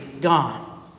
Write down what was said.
gone